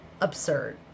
absurd